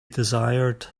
desired